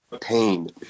pain